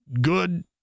good